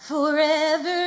Forever